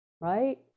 Right